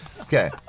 Okay